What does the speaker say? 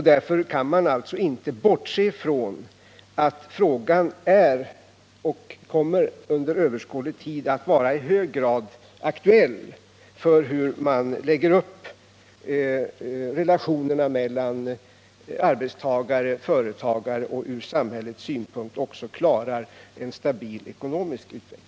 Därför kan man inte bortse från att frågan är och under överskådlig tid kommer att vara i hög grad aktuell för relationerna mellan arbetstagare och företagare och även för hur man från samhällets synpunkt klarar en stabil ekonomisk utveckling.